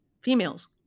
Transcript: females